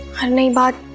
on me but,